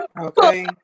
Okay